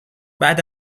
بعد